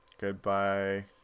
Goodbye